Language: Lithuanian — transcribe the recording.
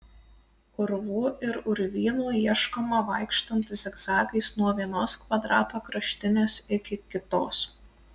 urvų ir urvynų ieškoma vaikštant zigzagais nuo vienos kvadrato kraštinės iki kitos